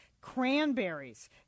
Cranberries